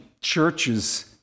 churches